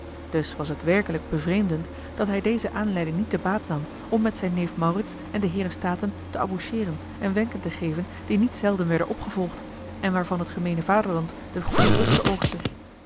dus was het werkelijk bevreemdend dat hij deze aanleiding niet te baat nam om met zijn neef maurits en de heeren staten te aboucheeren en wenken te geven die niet zelden werden opgevolgd en waarvan osboom oussaint e het gemeene vaderland de goede vruchten oogstte